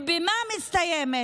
ובמה היא מסתיימת?